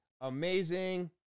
amazing